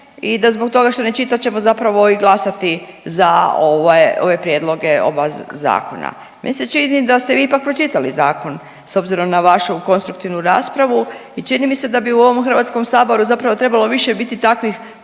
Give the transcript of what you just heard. i da zbog toga što ne čita ćemo zapravo i glasati za ovaj, ove prijedloge oba zakona. Meni se čini da ste vi ipak pročitali zakon s obzirom na vašu konstruktivnu raspravu i čini mi se da bi u ovom HS zapravo trebalo više biti takvih